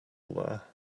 there